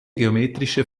geometrische